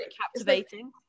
captivating